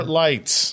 lights